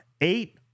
eight